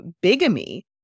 bigamy